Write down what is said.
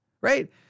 right